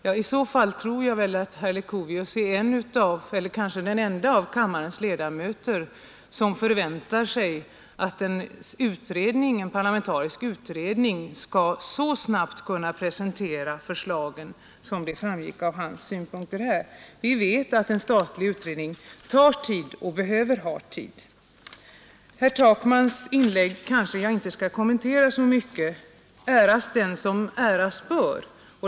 Jag tror att herr Leuchovius är kanske den ende av kammarens ledamöter som väntar sig att en parlamentarisk utredning skall kunna presentera några förslag så snabbt. Vi vet att en statlig utredning tar tid och behöver ha tid på sig. Herr Takmans inlägg skall jag inte kommentera så mycket. Men ära den som äras bör!